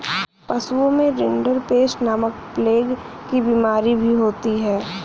पशुओं में रिंडरपेस्ट नामक प्लेग की बिमारी भी होती है